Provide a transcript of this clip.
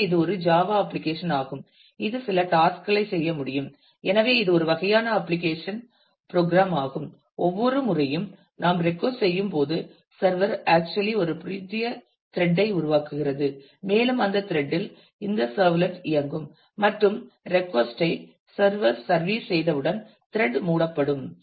எனவே இது ஒரு ஜாவா அப்ளிகேஷன் ஆகும் இது சில டாஸ்க் களை செய்ய முடியும் எனவே இது ஒரு வகையான அப்ளிகேஷன் ப்ரோக்ராம் ஆகும் ஒவ்வொரு முறையும் நாம் ரெட்கொஸ்ட் செய்யும் போது சர்வர் ஆக்சுவலி ஒரு புதிய த்ரெட் ஐ உருவாக்குகிறது மேலும் அந்த த்ரெட் இல் இந்த சர்வ்லெட் இயங்கும் மற்றும் ரெட்கொஸ்ட் ஐ சர்வர் சர்வீஸ் செய்தவுடன் த்ரெட் மூடப்படும்